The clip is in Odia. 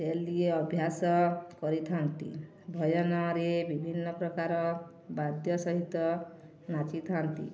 ଡେଲି ଅଭ୍ୟାସ କରିଥାନ୍ତି ଭଜନରେ ବିଭିନ୍ନ ପ୍ରକାର ବାଦ୍ୟ ସହିତ ନାଚିଥାନ୍ତି